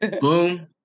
Boom